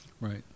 Right